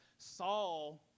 Saul